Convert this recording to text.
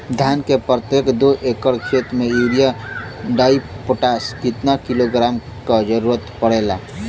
धान के प्रत्येक दो एकड़ खेत मे यूरिया डाईपोटाष कितना किलोग्राम क जरूरत पड़ेला?